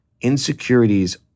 Insecurities